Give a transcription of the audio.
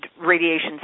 radiation